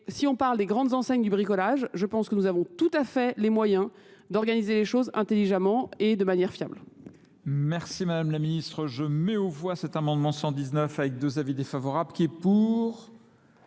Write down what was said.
si on parle des grandes enseignes du bricolage, je pense que nous avons tout à fait les moyens d'organiser les choses intelligemment et de manière fiable. et de manière fiable. Merci Madame la Ministre. Je mets au voie cet amendement 119 avec deux avis défavorables qui est pour,